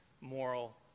moral